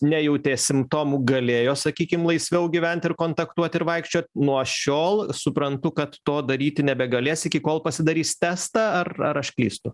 nejautė simptomų galėjo sakykim laisviau gyvent ir kontaktuot ir vaikščiot nuo šiol suprantu kad to daryti nebegalės iki kol pasidarys testą ar ar aš klystu